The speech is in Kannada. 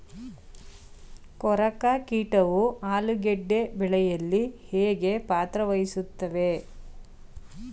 ಕೊರಕ ಕೀಟವು ಆಲೂಗೆಡ್ಡೆ ಬೆಳೆಯಲ್ಲಿ ಹೇಗೆ ಪಾತ್ರ ವಹಿಸುತ್ತವೆ?